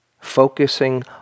focusing